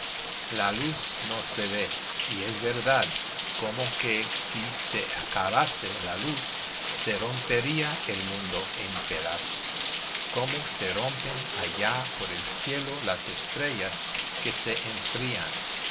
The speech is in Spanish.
la luz no se ve y es verdad como que si se acabase la luz se rompería el mundo en pedazos como se rompen allá por el cielo las estrellas que se enfrían